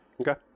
okay